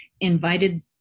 invited